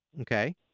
Okay